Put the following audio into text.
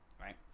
right